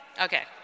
Okay